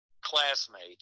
classmate